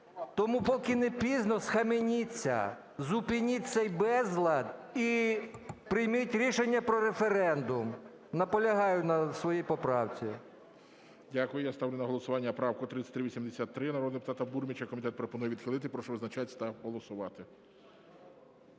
Тому, поки не пізно, схаменіться, зупиніть цей безлад і прийміть рішення про референдум. Наполягаю на своїй поправці.